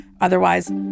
otherwise